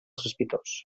sospitós